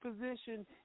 position